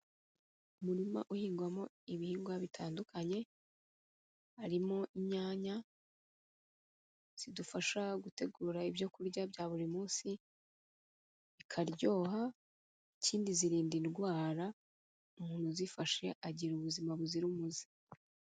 Umurima uhingwamo ibihingwa bitandukanye, harimo inyanya zidufasha gutegura ibyo kurya bya buri munsi, bikaryoha, ikindi zirinda indwara, umuntu uzifashe agira ubuzima buzira umuze.